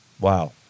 Wow